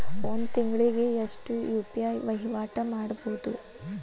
ಒಂದ್ ತಿಂಗಳಿಗೆ ಎಷ್ಟ ಯು.ಪಿ.ಐ ವಹಿವಾಟ ಮಾಡಬೋದು?